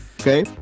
Okay